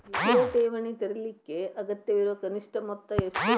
ಸ್ಥಿರ ಠೇವಣಿ ತೆರೇಲಿಕ್ಕೆ ಅಗತ್ಯವಿರೋ ಕನಿಷ್ಠ ಮೊತ್ತ ಎಷ್ಟು?